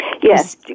Yes